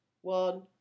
One